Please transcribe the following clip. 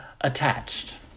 attached